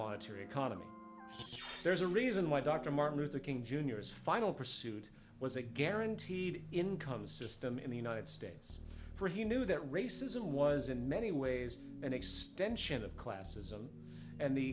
monetary economy there's a reason why dr martin luther king jr is finally pursued was a guaranteed income system in the united states for he knew that racism was in many ways an extension of classism and